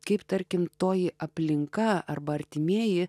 kaip tarkim toji aplinka arba artimieji